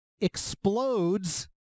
explodes